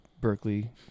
Berkeley